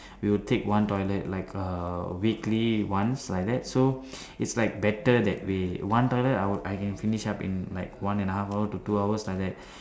we will take one toilet like uh weekly once like that so its like better that way one toilet I will I can finish up in like one and a half hour to two hours like that